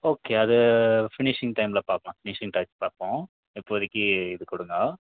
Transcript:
okay அது finishing டைமில் பார்க்லாம் ஃபினிஷிங் டைம் பார்ப்போம் இப்போதிக்கு இது கொடுங்கோ